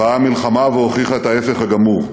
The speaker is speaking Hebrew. באה המלחמה והוכיחה את ההפך הגמור,